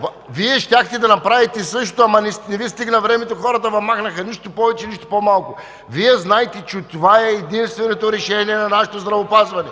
ДПС.) Вие щяхте да направите същото, но не Ви стигна времето – хората Ви махнаха. Нищо повече, нищо по-малко! Вие знаете, че това е единственото решение за нашето здравеопазване.